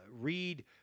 Read